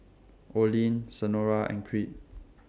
Olene Senora and Creed